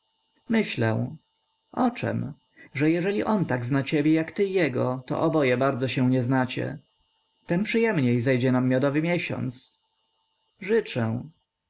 myślę o czem że jeżeli on tak zna ciebie jak ty jego to oboje bardzo się nie znacie tem przyjemniej zejdzie nam miodowy miesiąc życzę